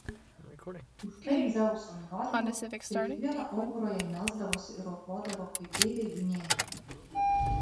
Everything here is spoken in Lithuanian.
už tai dzeuso nurodymu prie kiekvieno aukuro jai melsdavosi ir aukodavo kaip deivei gynėjai